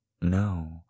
No